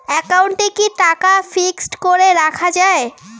একাউন্টে কি টাকা ফিক্সড করে রাখা যায়?